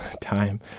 time